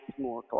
more